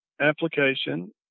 application